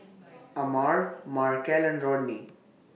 Amare Markel and Rodney